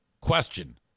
question